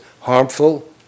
Harmful